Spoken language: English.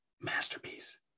masterpiece